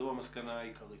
זו המסקנה העיקרית.